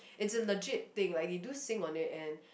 it's a legit thing like they do sing on it and